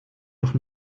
doch